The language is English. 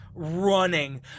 running